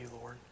Lord